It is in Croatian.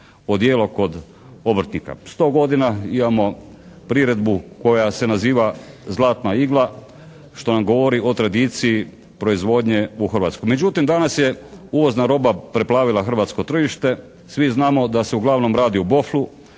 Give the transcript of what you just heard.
odijelo kod obrtnika. 100 godina imamo priredbu koja se naziva "Zlatna igla" što nam govori o tradiciji proizvodnje u Hrvatskoj. Međutim, danas je uvozna roba preplavila hrvatsko tržište, svi znamo da se uglavnom radi o boflu,